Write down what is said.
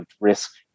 risk